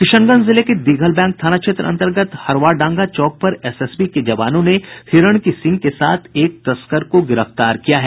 किशनगंज जिले के दिघलबैंक थाना क्षेत्र अन्तर्गत हरवाडांगा चौक पर एसएसबी के जवानों ने हिरण की सींग के साथ एक तस्कर को गिरफ्तार किया है